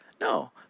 No